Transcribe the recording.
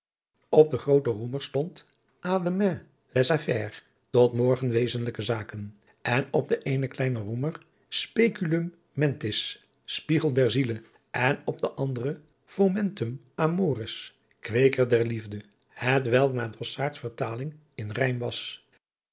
op den grooten roemer stond à demain les affaires tot morgen wezenlijke zaken en op den eenen kleinen roemer speculum mentis spiegel der ziele en op den adriaan loosjes pzn het leven van hillegonda buisman anderen fomentum amoris kweeker der liefde het welk naar des drossaards vertaling in rijm was